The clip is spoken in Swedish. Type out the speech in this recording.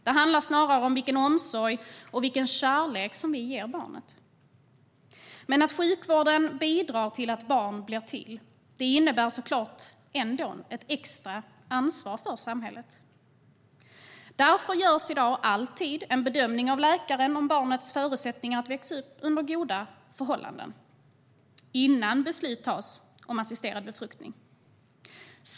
Det handlar snarare om vilken omsorg och kärlek vi ger barnet. Att sjukvården bidrar till att barn blir till innebär såklart ändå ett extra ansvar för samhället. Därför görs i dag alltid en bedömning av läkaren om barnets förutsättningar att växa upp under goda förhållanden innan beslut fattas om assisterad befruktning.